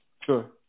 Sure